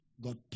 God